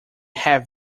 have